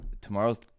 tomorrow's